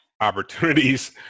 opportunities